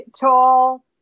tall